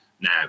now